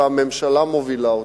והממשלה מובילה אותנו.